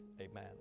Amen